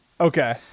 Okay